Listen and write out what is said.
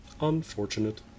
Unfortunate